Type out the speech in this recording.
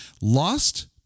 lost